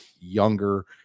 younger